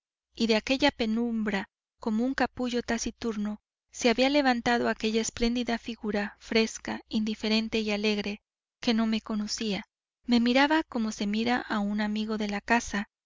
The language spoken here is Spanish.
y de aquella penumbra como de un capullo taciturno se había levantado aquella espléndida figura fresca indiferente y alegre que no me conocía me miraba como se mira a un amigo de la casa